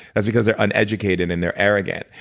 that's because they're uneducated and they're arrogant.